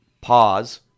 pause